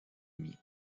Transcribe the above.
demi